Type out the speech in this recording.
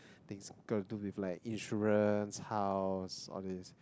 things got to do with like insurance house all these